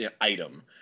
item